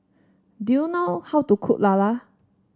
do you know how to cook Lala